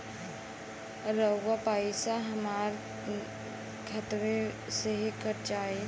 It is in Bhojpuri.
अउर पइसवा हमरा खतवे से ही कट जाई?